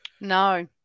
No